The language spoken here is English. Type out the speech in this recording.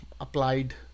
applied